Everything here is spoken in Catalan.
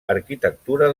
arquitectura